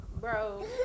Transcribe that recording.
Bro